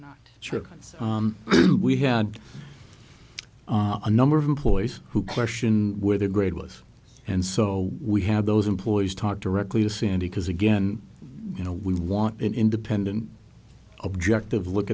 not true and so we had a number of employees who question where the grade was and so we have those employees talk directly to sandy because again you know we want an independent objective look